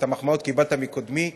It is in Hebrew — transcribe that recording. ואת המחמאות קיבלת מקודמי.